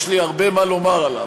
יש לי הרבה מה לומר עליו.